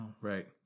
Right